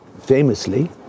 famously